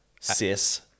sis